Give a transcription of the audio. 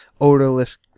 odorless